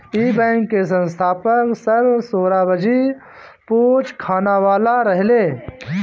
इ बैंक के स्थापक सर सोराबजी पोचखानावाला रहले